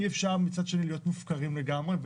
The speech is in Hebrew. אי אפשר להיות מופקרים לגמרי,